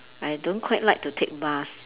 I don't quite like to take bus